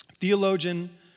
Theologian